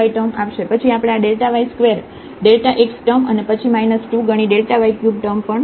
પછી આપણે આ yસ્ક્વેર xટર્મ અને પછી માઈનસ 2 ગણી yક્યુબ ટર્મ પણ મેળવીશું